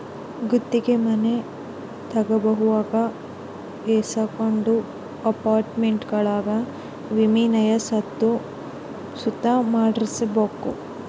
ಗುತ್ತಿಗೆ ಮನೆ ತಗಂಬುವಾಗ ಏಸಕೊಂದು ಅಪಾರ್ಟ್ಮೆಂಟ್ಗುಳಾಗ ವಿಮೇನ ಸುತ ಮಾಡ್ಸಿರ್ಬಕು ಏನೇ ಅಚಾತುರ್ಯ ಆದ್ರೂ ಸುತ ವಿಮೇಗ ಕಟ್ ಆಗ್ತತೆ